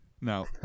No